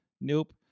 Nope